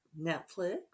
Netflix